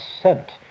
sent